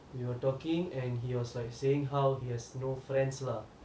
we were talking and he was like saying how he has no friends lah